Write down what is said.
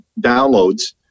downloads